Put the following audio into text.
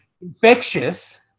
infectious